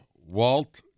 Walt